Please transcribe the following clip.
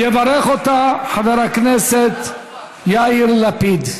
יברך אותה חבר הכנסת יאיר לפיד.